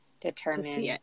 determine